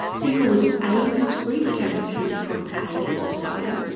people with an a blood group can receive from a or o.